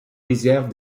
lisière